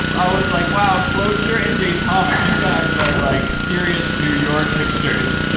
i was like, wow! clojure and datomic. you guys are like serious new york hipsters.